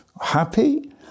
happy